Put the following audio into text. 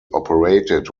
operated